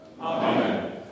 Amen